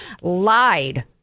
lied